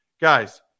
Guys